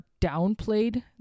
downplayed